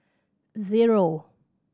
zero